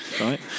right